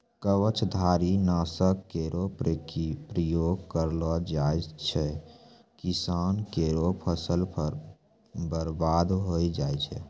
कवचधारी? नासक केरो प्रयोग करलो जाय सँ किसान केरो फसल बर्बाद होय जाय छै